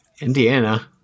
Indiana